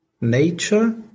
nature